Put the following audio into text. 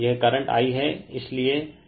यह current I है है